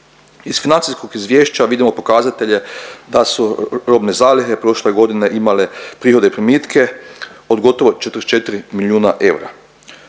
Iz financijskog izvješća vidimo pokazatelje da su robne zalihe prošle godine imale prihode i primitke od gotovo 44 milijuna eura.